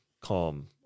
calm